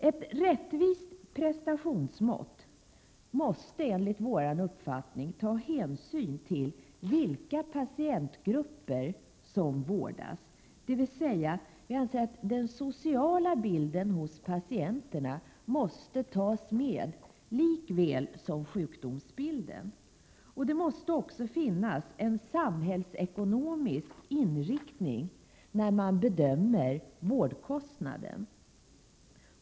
Ett rättvist prestationsmått måste enligt vpk:s uppfattning ta hänsyn till vilka patientgrupper som vårdas, dvs. den sociala bilden hos patienterna måste tas med lika väl som sjukdomsbilden. Det måste också finnas en samhällsekonomisk inriktning vid bedömningen av vårdkostnaden.